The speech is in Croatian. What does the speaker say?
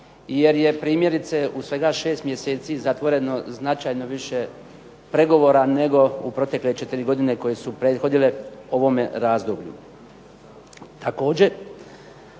jer je primjerice u svega 6 mjeseci zatvoreno značajno više pregovora nego u protekle 4 godine koje su prethodile ovome razdoblju.